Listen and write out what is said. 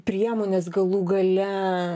priemonės galų gale